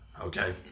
Okay